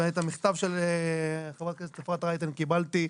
את המכתב של חברת הכנסת אפרת רייטן קיבלתי.